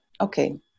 okay